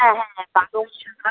হ্যাঁ হ্যাঁ হ্যাঁ পালং শাক হয়